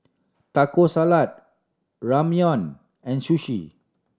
Taco Salad Ramyeon and Sushi